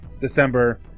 December